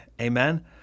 Amen